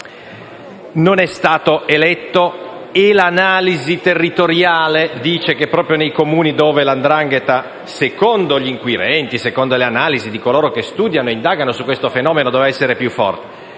non è stato eletto e l'analisi territoriale dice che proprio nei Comuni dove c'è la 'ndrangheta, che secondo gli inquirenti e secondo le analisi di coloro che studiano il fenomeno, doveva essere più forte.